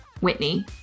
Whitney